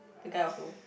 the guy also